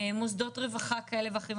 מוסדות רווחה כאלה ואחרים,